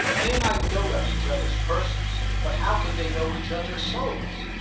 they might dote on each other's persons, but how could they know each other's souls?